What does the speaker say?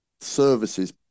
services